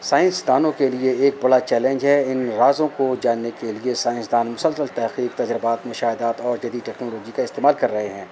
science دانوں کے لیے ایک بڑا چیلنج ہے ان رازوں کو جاننے کے لیے سائنسدان مسلسل تحقیق تجربات مشاہدات اور جدید ٹیکنالوجی کا استعمال کر رہے ہیں